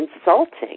insulting